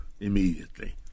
immediately